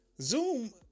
Zoom